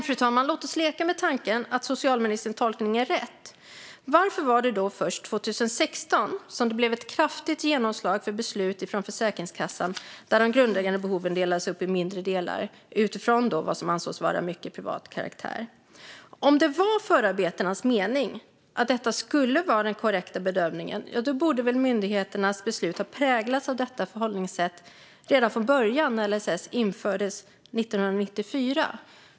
Fru talman! Låt oss leka med tanken att socialministerns tolkning är rätt. Varför blev det då först 2016 ett kraftigt genomslag för beslut från Försäkringskassan där de grundläggande behoven delades upp i mindre delar utifrån vad som ansågs vara av mycket privat karaktär? Om det var förarbetenas mening att detta skulle vara den korrekta bedömningen borde väl myndigheternas beslut har präglats av detta förhållningssätt redan när LSS infördes 1994.